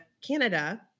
Canada